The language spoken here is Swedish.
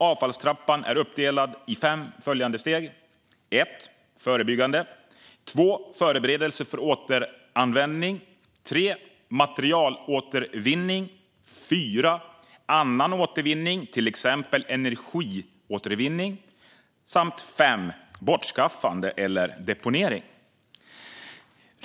Avfallstrappan är uppdelad i följande fem steg: förebyggande förberedelse för återanvändning materialåtervinning annan återvinning, till exempel energiåtervinning bortskaffande eller deponering.